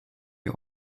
wir